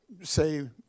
say